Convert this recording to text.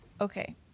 okay